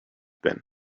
been